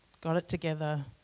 got-it-together